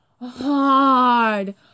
hard